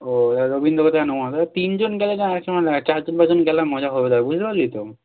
ও রবীন্দ্রকে নেওয়া হবে তিনজন গেলে চারজন গেলাম মজা হবে তবে বুঝতে পারলি তো